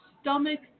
stomach